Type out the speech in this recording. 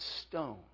stone